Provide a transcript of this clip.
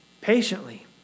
patiently